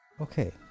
Okay